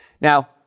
Now